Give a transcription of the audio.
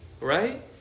Right